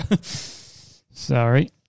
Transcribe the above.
Sorry